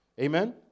Amen